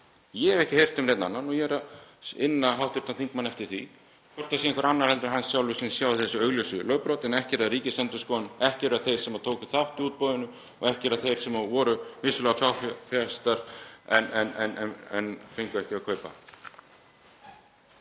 Ég hef ekki heyrt um neinn annan, ég er að inna hv. þingmann eftir því hvort það sé einhver annar en hann sjálfur sem sjái þessi augljósu lögbrot eða ekki. Ekki er það Ríkisendurskoðun, ekki eru það þeir sem tóku þátt í útboðinu og ekki eru það þeir sem voru vissulega fagfjárfestar en fengu ekki að kaupa.